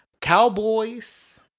Cowboys